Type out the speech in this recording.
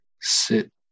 sit